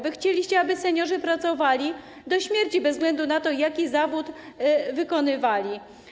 Wy chcieliście, aby seniorzy pracowali do śmierci bez względu na to, jaki zawód wykonywali.